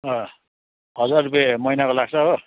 अँ हजार रुपियाँ महिनाको लाग्छ हो